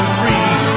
free